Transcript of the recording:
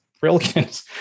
brilliant